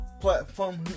platform